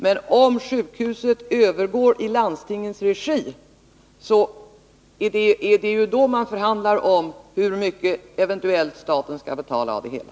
Men det är om sjukhuset övergår i landstingets regi som man skall förhandla om hur mycket staten eventuellt skall betala av det hela.